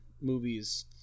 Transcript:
movies